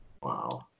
Wow